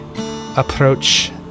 approach